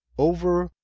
over,